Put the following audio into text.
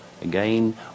again